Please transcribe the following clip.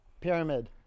pyramid